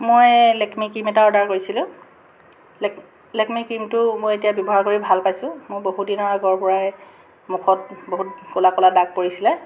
মই লেকমি ক্ৰীম এটা অৰ্ডাৰ কৰিছিলো লেক লেকমি ক্ৰীমটো মই এতিয়া ব্যৱহাৰ কৰি ভাল পাইছো মোৰ বহু দিনৰ আগৰ পৰাই মুখত বহুত ক'লা ক'লা দাগ পৰিছিলে